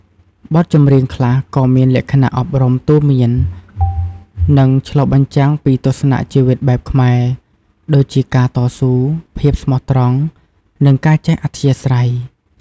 បទចម្រៀងខ្លះក៏មានលក្ខណៈអប់រំទូន្មាន និងឆ្លុះបញ្ចាំងពីទស្សនៈជីវិតបែបខ្មែរ ដូចជាការតស៊ូ ភាពស្មោះត្រង់ និងការចេះអធ្យាស្រ័យ។